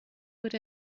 would